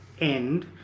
end